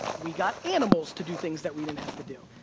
we got animals to do things that we didn't have to do.